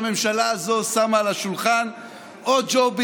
נראה לי שברור שככל שהזמן עובר אנחנו מבינים